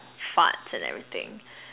farts and everything